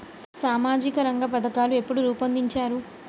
సామాజిక రంగ పథకాలు ఎప్పుడు రూపొందించారు?